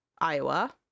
Iowa